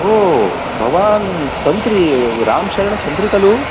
ओ भवान् तन्त्री रामशरणतन्त्री खलु